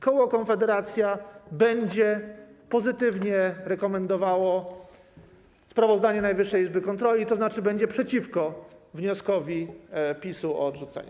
Koło Konfederacja będzie pozytywnie rekomendowało sprawozdanie Najwyższej Izby Kontroli, tzn. będzie przeciwko wnioskowi PiS-u o odrzucenie.